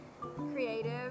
creative